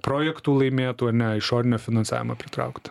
projektų laimėtų ar ne išorinio finansavimo pritraukta